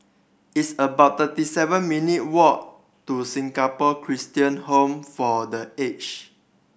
it's about thirty seven minute walk to Singapore Christian Home for The Aged